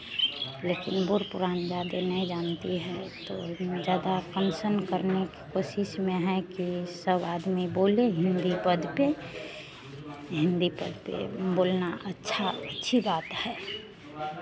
लेकिन बुढ़ पुरान ज़्यादे नहीं जानती है तो हम ज़्यादा कनि सन करने की कोशिश में हैं कि सब आदमी बोले हिन्दी पद पे हिन्दी पद पे बोलना अच्छा अच्छी बात है